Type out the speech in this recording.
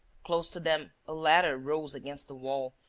close to them, a ladder rose against the wall,